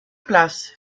place